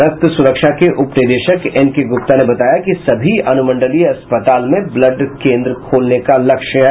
रक्त सुरक्षा के उपनिदेशक एन के गुप्ता ने बताया कि सभी अनुमंडलीय अस्पताल में ब्लड केंद्र खोलने का लक्ष्य है